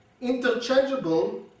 interchangeable